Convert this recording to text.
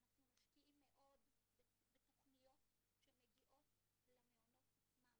אנחנו משקיעים מאוד בתכניות שמגיעות למעונות עצמם,